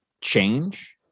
change